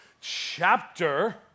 chapter